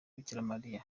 bikiramariya